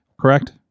correct